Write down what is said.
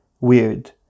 weird